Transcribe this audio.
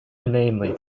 inanely